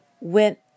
went